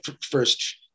first